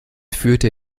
führte